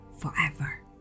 Forever